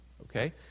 okay